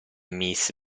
miss